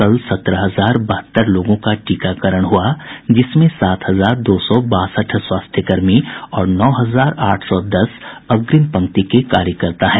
कल सत्रह हजार बहत्तर लोगों का टीकाकरण हुआ जिसमें सात हजार दो सौ बासठ स्वास्थ्यकर्मी और नौ हजार आठ सौ दस अग्रिम पंक्ति के कार्यकर्ता हैं